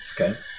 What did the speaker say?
Okay